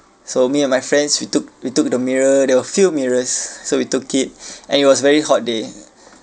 so me and my friends we took we took the mirror there were few mirrors so we took it and it was very hot day